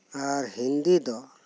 ᱟᱨ ᱦᱤᱱᱫᱤ ᱫᱚ